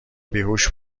بیهوش